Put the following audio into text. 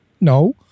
no